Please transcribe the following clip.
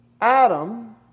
Adam